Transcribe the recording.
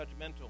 judgmental